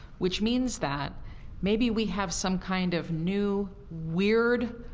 which means that maybe we have some kind of new, weird,